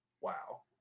wow